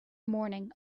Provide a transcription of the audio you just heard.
morning